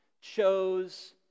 chose